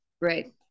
right